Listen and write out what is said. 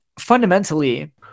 fundamentally